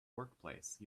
workplace